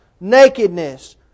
nakedness